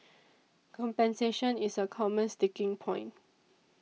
compensation is a common sticking point